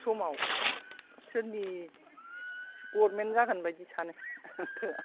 समाव सोरनि गरमेन जागोन बायदि सानो